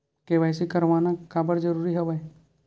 KYC करवाना काबर जरूरी हवय?